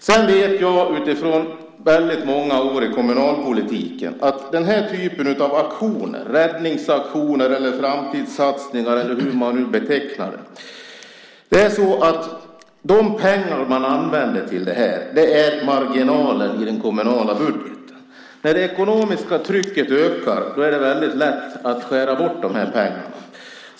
Jag vet, efter många år i kommunalpolitiken, att de pengar som man använder till den här typen av aktioner - räddningsaktioner, framtidssatsningar, eller hur man nu betecknar det - är marginaler i den kommunala budgeten. När det ekonomiska trycket ökar är det väldigt lätt att skära bort de här pengarna.